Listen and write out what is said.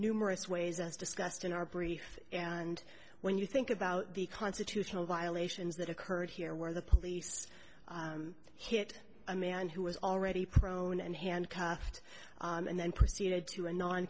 numerous ways as discussed in our brief and when you think about the constitutional violations that occurred here where the police hit a man who was already prone and handcuffed and then proceeded to a non